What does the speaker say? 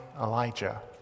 Elijah